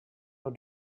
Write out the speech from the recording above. are